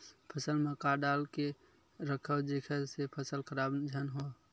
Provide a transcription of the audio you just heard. फसल म का डाल के रखव जेखर से फसल खराब झन हो?